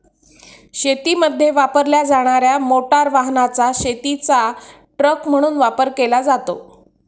शेतीमध्ये वापरल्या जाणार्या मोटार वाहनाचा शेतीचा ट्रक म्हणून वापर केला जातो